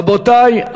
רבותי,